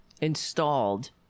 installed